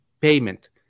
payment